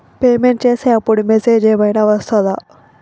Payment చేసే అప్పుడు message ఏం ఐనా వస్తదా?